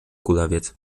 kulawiec